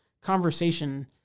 conversation